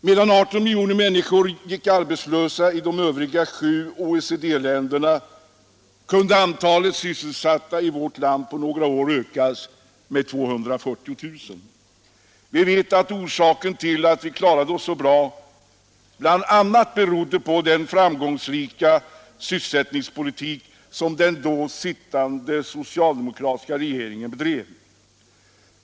Medan 18 miljoner människor gick arbetslösa i de övriga sju OECD-länderna kunde antalet sysselsatta i vårt land på några år ökas med 240 000. Vi vet att orsaken till att vi klarat oss så bra låg i bl.a. den framgångsrika sysselsättningspolitik som den då sittande socialdemokratiska regeringen bedrev.